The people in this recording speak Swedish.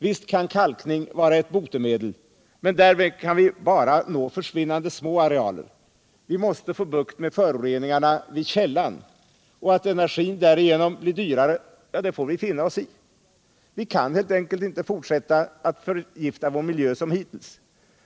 Visst kan kalkning vara ett botemedel, men därmed kan vi bara nå försvinnande små arealer. Vi måste få bukt med föroreningarna vid källan, och att energin därigenom blir dyrare får vi finna oss i. Vi kan helt enkelt inte fortsätta att förgifta vår miljö som hittills.